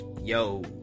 Yo